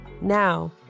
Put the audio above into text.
Now